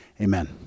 amen